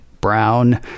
brown